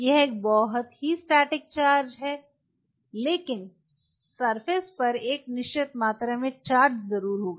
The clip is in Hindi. यह एक बहुत ही स्टैटिक चार्ज है लेकिन सरफेस पर एक निश्चित मात्रा में चार्ज ज़रूर होगा